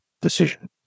decision